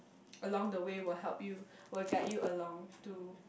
along the way will help you will guide you along to